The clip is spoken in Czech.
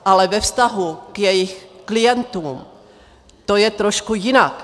Ale ve vztahu k jejich klientům to je trošku jinak.